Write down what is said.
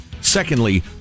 Secondly